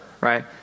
right